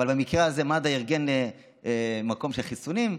אבל במקרה הזה מד"א ארגן מקום לחיסונים.